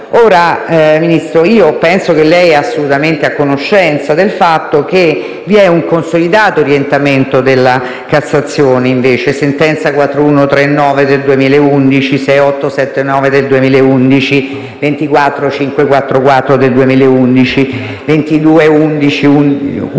Ministro, penso che lei sia assolutamente a conoscenza del fatto che vi è un consolidato orientamento della Cassazione (sentenze nn. 4139 del 2011, 6879 del 2011, 24544 del 2011, 22111